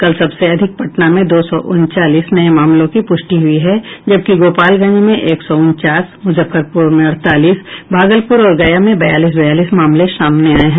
कल सबसे अधिक पटना में दो सौ उनचालीस नये मामलों की पूष्टि हुई जबकि गोपालगंज में एक सौ उनचास मुजफ्फरपुर में अड़तालीस भागलपुर और गया में बयालीस बयालीस मामले प्रकाश में आये हैं